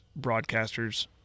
broadcasters